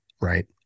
right